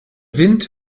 wind